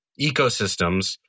ecosystems